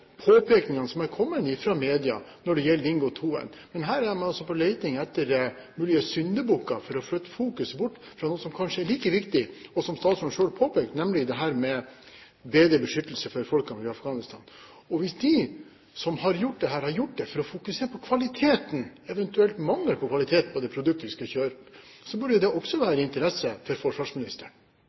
påpekningene som er kommet fra media når det gjelder Dingo 2, men at man her altså er på leting etter mulige syndebukker for å flytte fokus bort fra noe som kanskje er like viktig, og som statsråden selv påpekte, nemlig dette med bedre beskyttelse for folkene i Afghanistan. Og hvis de som har gjort dette, har gjort det for å fokusere på kvaliteten, eventuelt mangel på kvalitet, på det produktet de skal kjøpe, burde det også være av interesse for forsvarsministeren.